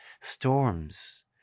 storms